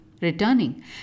Returning